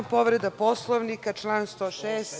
Povreda Poslovnika, član 106.